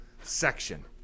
section